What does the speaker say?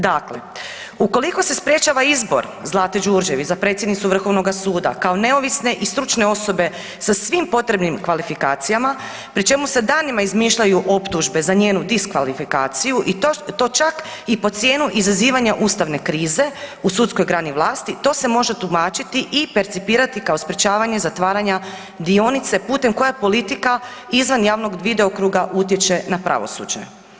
Dakle, ukoliko se sprječava izbor Zlate Đurđević za predsjednicu Vrhovnoga suda kao neovisne i stručne osobe sa svim potrebnim kvalifikacijama pri čemu se danima izmišljaju optužbe za njenu diskvalifikaciju i to čak i po cijenu izazivanja ustavne krize u sudskoj grani vlasti to se može tumačiti i percipirati kao sprječavanje zatvaranja dionice putem koje politika izvan javnog video kruga utječe na pravosuđe.